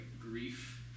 grief